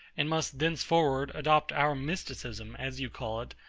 and must thenceforward adopt our mysticism, as you call it,